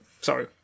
sorry